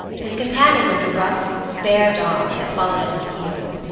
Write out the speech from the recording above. his companion was a rough spare dog, that followed at his heels,